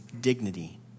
dignity